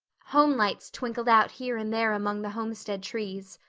home lights twinkled out here and there among the homestead trees.